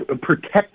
protect